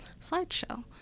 slideshow